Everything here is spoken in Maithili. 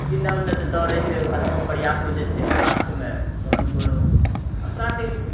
एन्ने ओन्ने तऽ दौड़ै छै अथक प्रयास सोचै छै लास्टमे कोनो नहि कोनो अपराधिक